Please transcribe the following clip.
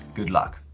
good luck.